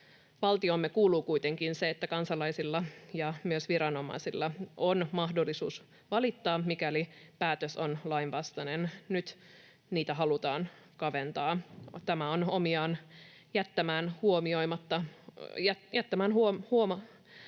oikeusvaltioomme kuuluu kuitenkin se, että kansalaisilla ja myös viranomaisilla on mahdollisuus valittaa, mikäli päätös on lainvastainen. Nyt niitä halutaan kaventaa. Tämä on omiaan jättämään huomiotta keskeisiä,